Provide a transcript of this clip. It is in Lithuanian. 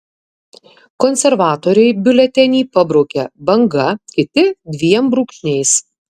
konservatoriai biuletenį pabraukia banga kiti dviem brūkšniais